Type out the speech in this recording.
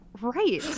Right